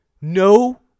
No